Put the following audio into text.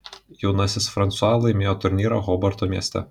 jaunasis fransua laimėjo turnyrą hobarto mieste